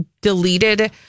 deleted